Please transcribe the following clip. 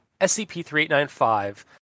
SCP-3895